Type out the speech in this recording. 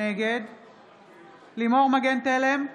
נגד לימור מגן תלם,